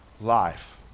life